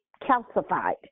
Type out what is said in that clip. calcified